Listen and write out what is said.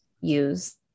use